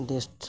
ᱰᱤᱥᱴ